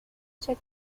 check